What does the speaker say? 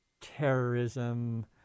terrorism